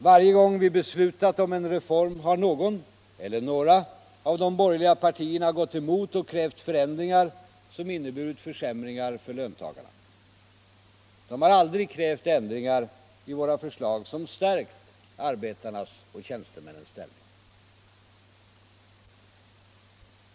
Varje gång vi beslutat om en reform har någon eller några av de borgerliga partierna gått emot och krävt förändringar som inneburit försämringar för löntagarna. De har aldrig krävt ändringar i våra förslag som stärkt arbetarnas och tjänstemännens ställning.